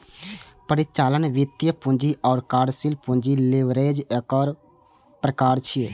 परिचालन, वित्तीय, पूंजी आ कार्यशील पूंजी लीवरेज एकर प्रकार छियै